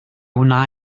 wna